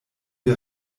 wir